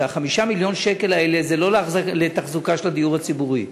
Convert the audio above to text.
ש-5 מיליון השקלים האלה הם לא לתחזוקה של הדיור הציבורי,